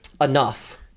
Enough